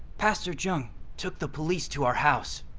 pastor zheng took the police to our house.